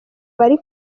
bari